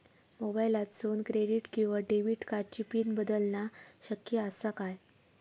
मोबाईलातसून क्रेडिट किवा डेबिट कार्डची पिन बदलना शक्य आसा काय?